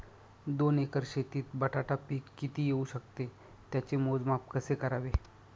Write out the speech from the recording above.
दोन एकर शेतीत बटाटा पीक किती येवू शकते? त्याचे मोजमाप कसे करावे?